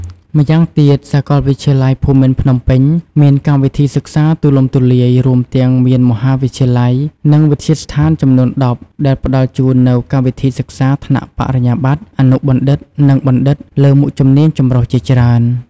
ម៉្យាងទៀតសាកលវិទ្យាល័យភូមិន្ទភ្នំពេញមានកម្មវិធីសិក្សាទូលំទូលាយ រួមទាំងមានមហាវិទ្យាល័យ និងវិទ្យាស្ថានចំនួន ១០ ដែលផ្តល់ជូននូវកម្មវិធីសិក្សាថ្នាក់បរិញ្ញាបត្រ អនុបណ្ឌិត និងបណ្ឌិត លើមុខជំនាញចម្រុះជាច្រើន។